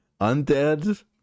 Undead